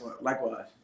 Likewise